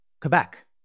Quebec